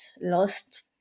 lost